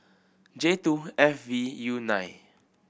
J two F V U nine